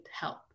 help